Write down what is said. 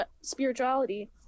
spirituality